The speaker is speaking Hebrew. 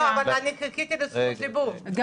לא, אבל אני חיכיתי לזכות דיבור.